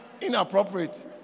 inappropriate